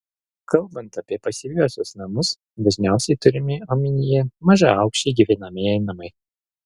kalbant apie pasyviuosius namus dažniausiai turimi omenyje mažaaukščiai gyvenamieji namai